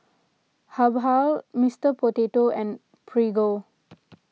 Habhal Mister Potato and Prego